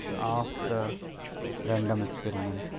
of the random experiment.